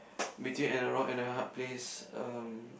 between and a rock and a hard place um